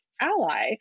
ally